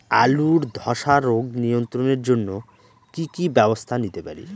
আলুর ধ্বসা রোগ নিয়ন্ত্রণের জন্য কি কি ব্যবস্থা নিতে পারি?